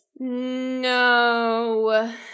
no